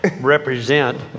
represent